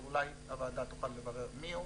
ואולי הוועדה תוכל לברר מי הוא